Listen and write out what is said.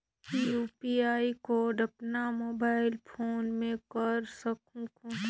UPI code अपन mobile phone मे कर सकहुं कौन?